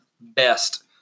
best